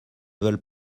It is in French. veulent